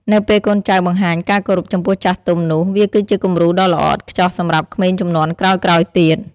នៅពេលកូនចៅបង្ហាញការគោរពចំពោះចាស់ទុំនោះ វាគឺជាគំរូដ៏ល្អឥតខ្ចោះសម្រាប់ក្មេងជំនាន់ក្រោយៗទៀត។